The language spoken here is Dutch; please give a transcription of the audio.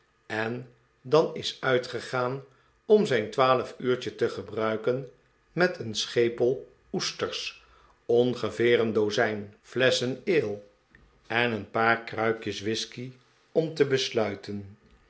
en dan is uitgegaan om zijn twaalfuurtje te gebruiken met een schepel oesters ongeveer een dozijn flesschen ale en een paar kruikjes whiskey om te besluiten